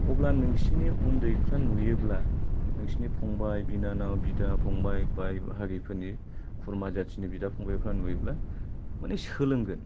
अब्ला नोंसिनि उन्दैफ्रा नुयोब्ला नोंसिनि फंबाय बिनानाव बिदा फंबाय बाय बाहागिफोरनि खुरमा जाथिनि बिदा फंबायफ्रा नुयोब्ला माने सोलोंगोन